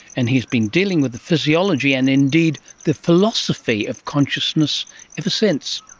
and he's been dealing with the physiology and indeed the philosophy of consciousness ever since.